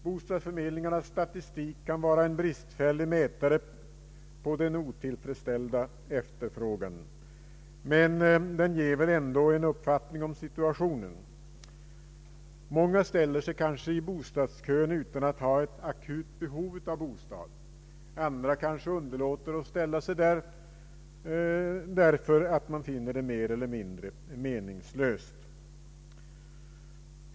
Bostadsförmedlingarnas statistik kan vara en bristfällig mätare på den otillfredsställ da efterfrågan, men den ger väl ändå en uppfattning om situationen. Många ställer sig kanske i bostadskön utan att ha ett akut behov av bostad, andra kanske underlåter att ställa sig i kö därför att de finner det mer eller mindre meningslöst.